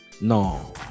No